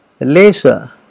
Laser